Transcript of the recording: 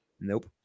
nope